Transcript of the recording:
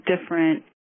different